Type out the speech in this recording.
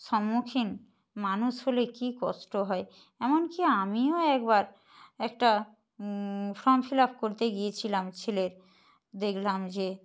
সম্মুখীন মানুষ হলে কী কষ্ট হয় এমনকি আমিও একবার একটা ফর্ম ফিল আপ করতে গিয়েছিলাম ছেলের দেখলাম যে